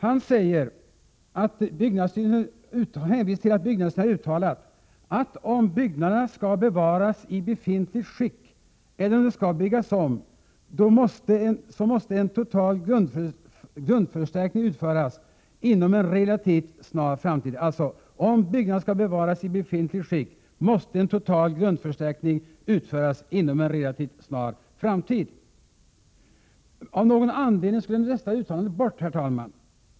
Han skriver att byggnadsstyrelsen har uttalat att ”om byggnaderna skall bevaras i befintligt skick eller om de skall byggas om, måste en total grundförstärkning utföras inom en relativt snar framtid.” Av någon anledning glömdes detta uttalande bort, herr talman.